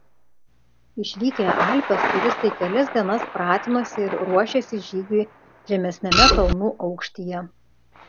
išvykę į alpes turistai kelias dienas pratinosi ir ruošėsi žygiui žemesniame kalnų aukštyje